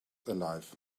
alive